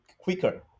quicker